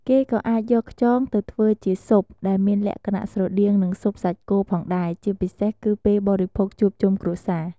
គេក៏អាចយកខ្យងទៅធ្វើជាស៊ុបដែលមានលក្ខណៈស្រដៀងនឹងស៊ុបសាច់គោផងដែរ ជាពិសេសគឺពេលបរិភោគជួបជុំគ្រួសារ។